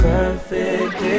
Perfect